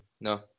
No